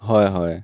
হয় হয়